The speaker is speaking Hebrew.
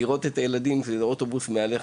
לראות את הילדים ואת ה- ׳אוטובוס המהלך׳.